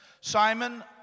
Simon